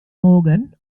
morgan